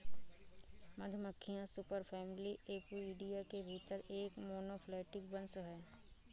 मधुमक्खियां superfamily Apoidea के भीतर एक मोनोफैलेटिक वंश हैं